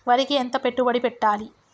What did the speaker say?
వరికి ఎంత పెట్టుబడి పెట్టాలి?